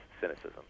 cynicism